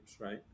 right